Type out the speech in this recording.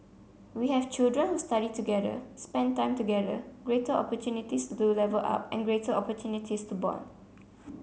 we have children who study together spent time together greater opportunities to level up and greater opportunities to bond